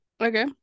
Okay